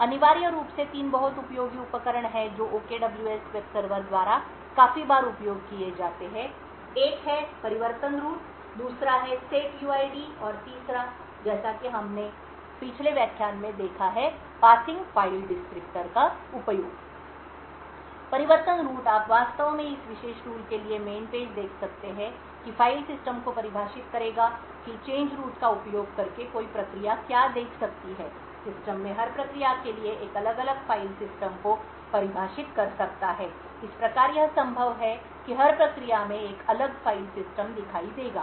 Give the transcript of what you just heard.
अनिवार्य रूप से तीन बहुत उपयोगी उपकरण हैं जो OKWS वेब सर्वर द्वारा काफी बार उपयोग किए जाते हैं इसलिए एक है परिवर्तन रूट दूसरा है सेट्युइड और तीसरा जैसा कि हमने अपने पिछले व्याख्यान में देखा है पासिंग फाइल डिस्क्रिप्टर का उपयोग परिवर्तन रूट आप वास्तव में इस विशेष टूल के लिए मैन पेज देख सकते हैं कि फाइल सिस्टम को परिभाषित करेगा कि परिवर्तन रूट का उपयोग करके कोई प्रक्रिया क्या देख सकती है सिस्टम में हर प्रक्रिया के लिए एक अलग फाइल सिस्टम को परिभाषित कर सकता है इस प्रकार यह संभव है कि हर प्रक्रिया में एक अलग फाइल सिस्टम दिखाई देगा